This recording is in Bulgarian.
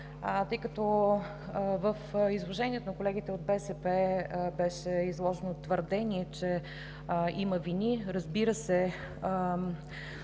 Тъй като в изложението на колегите от БСП беше изведено твърдение, че има вини. Разбира се,